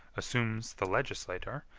assumes the legislator,